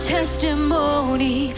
testimony